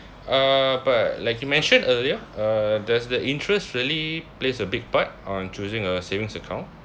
uh but like you mentioned earlier uh does the interest really plays a big part on choosing a savings account